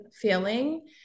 feeling